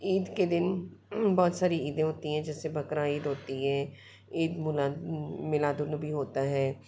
ईद के दिन बहुत सारी ईदें होती है जैसे बकरा ईद होती है ईद मुला मिलादुन्नबी होता है